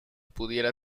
pudieran